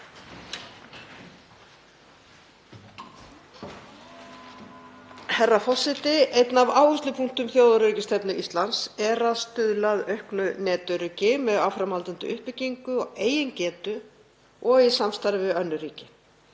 Herra forseti. Einn af áherslupunktum þjóðaröryggisstefnu Íslands er að stuðla að auknu netöryggi með áframhaldandi uppbyggingu á eigin getu og í samstarfi við önnur ríki.